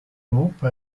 groupe